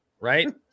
right